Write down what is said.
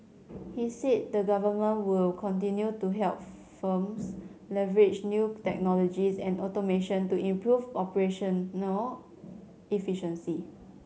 he said the government will continue to help firms leverage new technologies and automation to improve operational no efficiency